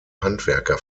handwerker